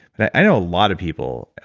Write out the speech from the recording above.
but i know a lot of people,